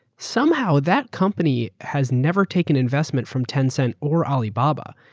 somehow that company has never taken investment from tencent or alibaba.